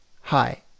Hi